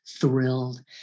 thrilled